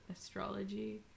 astrology